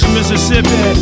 Mississippi